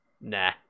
nah